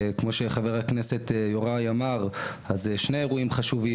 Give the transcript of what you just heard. וכמו שחבר הכנסת יוראי אמר, שני אירועים חשובים.